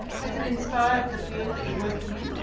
has it inspired the field that you're working in?